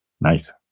Nice